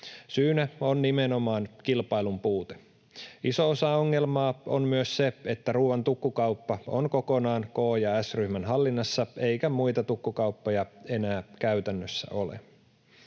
Syynä on nimenomaan kilpailun puute. Iso osa ongelmaa on myös se, että ruuan tukkukauppa on kokonaan K- ja S-ryhmän hallinnassa eikä muita tukkukauppoja enää käytännössä ole.